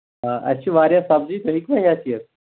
آ اَسہِ چھِ واریاہ سَبزی تُہۍ ہیٚکوِ ہٮ۪تھ یہِ